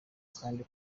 kandi